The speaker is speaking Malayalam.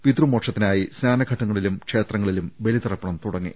പിതൃമോക്ഷത്തിനായി സ്നാനഘട്ടങ്ങ ളിലും ക്ഷേത്രങ്ങളിലും ബലിതർപ്പണം തുടങ്ങി